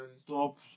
stop